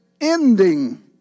ending